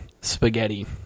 spaghetti